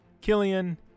Killian